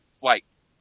flight